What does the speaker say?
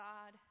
God